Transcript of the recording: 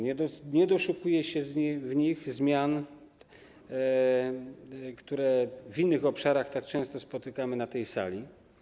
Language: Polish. Nie doszukuję się w nich zmian, które w innych obszarach tak często spotykamy na tej sali.